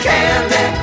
Candy